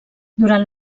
durant